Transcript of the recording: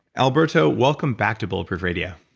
alberto, welcome back to bulletproof radio.